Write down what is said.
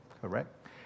correct